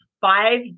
five